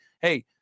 hey